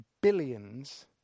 Billions